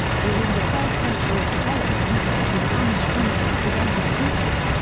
during the first century of development, the spanish dominance was undisputed.